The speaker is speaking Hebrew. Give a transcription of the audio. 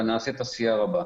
אבל נעשית עשייה רבה.